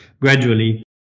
gradually